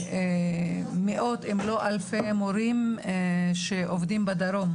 למאות אם לא אלפי מורים שעובדים בדרום.